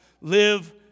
Live